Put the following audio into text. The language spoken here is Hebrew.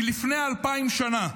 מלפני אלפיים שנה.